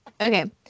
Okay